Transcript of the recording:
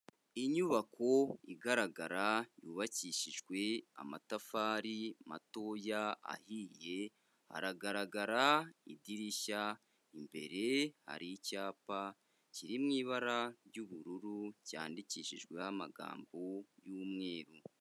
Inyubako igaragara yubakishijwe amatafari matoya ahiye haragaragara idirishya, imbere hari icyapa kiri mu ibara ry'ubururu cyandikishijweho amagambo y'umweru.